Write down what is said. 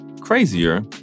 crazier